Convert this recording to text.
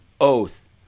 oath